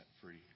free